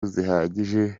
zihagije